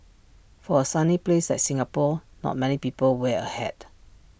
for A sunny place like Singapore not many people wear A hat